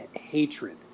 hatred